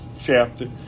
chapter